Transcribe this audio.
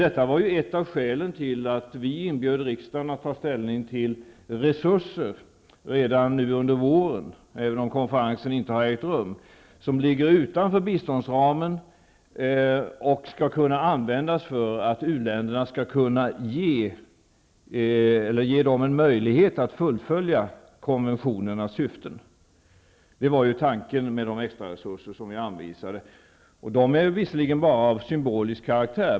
Detta var ett av skälen till att regeringen inbjöd riksdagen att ta ställning till frågan om resurser redan nu under våren -- även om konferensen ännu inte har ägt rum --, dvs. de resurser som ligger utanför biståndsramen och som skall kunna användas för att ge u-länderna möjlighet att fullfölja konventionernas syften. Detta var tanken med de extraresurser som regeringen anvisade. De extra resurserna är visserligen bara av symbolisk karaktär.